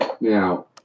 Now